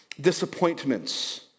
disappointments